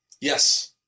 Yes